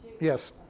Yes